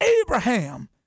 Abraham